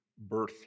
birth